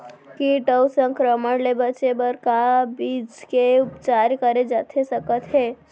किट अऊ संक्रमण ले बचे बर का बीज के उपचार करे जाथे सकत हे?